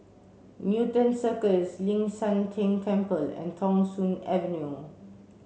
Newton Cirus Ling San Teng Temple and Thong Soon Avenue